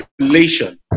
population